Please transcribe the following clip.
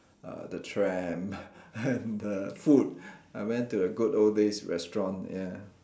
uh the tram and the food I went to the good old days restaurant ya